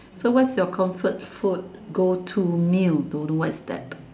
so what's your comfort food go to meal don't know what is that